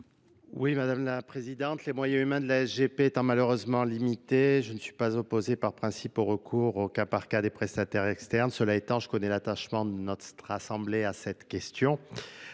pour accroître humains de la g p étant malheureusement limités je ne suis pas opposé par principe au recours au cas par cas des prestataires externes cela étant je connais l'attachement de notre assemblée à cette question